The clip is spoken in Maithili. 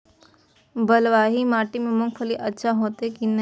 बलवाही माटी में मूंगफली अच्छा होते की ने?